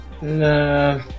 Nah